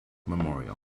memorial